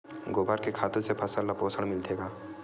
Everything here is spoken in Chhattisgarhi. गोबर के खातु से फसल ल पोषण मिलथे का?